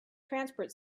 transport